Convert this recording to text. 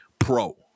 pro